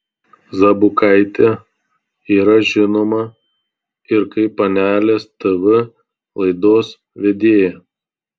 zabukaitė yra žinoma ir kaip panelės tv laidos vedėja